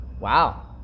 Wow